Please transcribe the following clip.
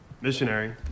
Missionary